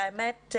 האמת,